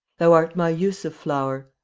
thou art my yusuf flower,